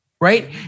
Right